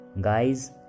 Guys